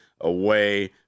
away